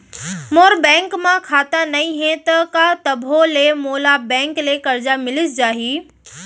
मोर bank म खाता नई हे त का तभो ले मोला बैंक ले करजा मिलिस जाही?